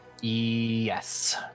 Yes